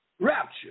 rapture